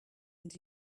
and